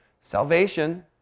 Salvation